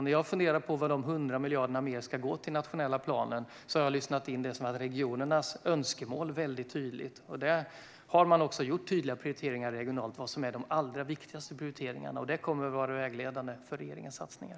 När jag har funderat på vad dessa 100 miljarder ska gå till i den nationella planen har jag lyssnat in regionernas önskemål tydligt. Man har gjort tydliga prioriteringar regionalt av vad som är allra viktigast, och detta kommer att vara vägledande för regeringens satsningar.